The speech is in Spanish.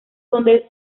donde